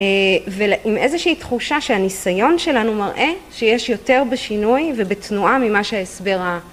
ועם איזושהי תחושה שהניסיון שלנו מראה שיש יותר בשינוי ובתנועה ממה שההסבר ה...